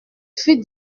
fut